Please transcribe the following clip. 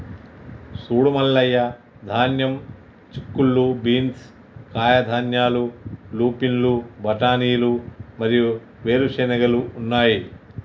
సూడు మల్లయ్య ధాన్యం, చిక్కుళ్ళు బీన్స్, కాయధాన్యాలు, లూపిన్లు, బఠానీలు మరియు వేరు చెనిగెలు ఉన్నాయి